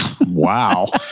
Wow